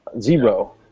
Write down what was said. Zero